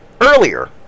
earlier